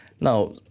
Now